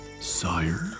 Sire